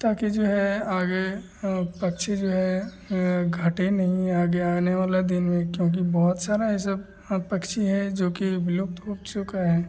ताकि जो है आगे पक्षी जो है घटे नहीं आगे आने वाले दिन में क्योंकि बहुत सारे ऐसे पक्षी है जोकि विलुप्त हो चुके हैं